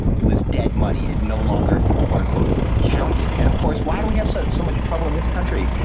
it was dead money. it no longer quote unquote counted. and of course, why do we have so so much trouble in this country?